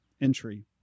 entry